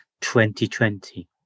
2020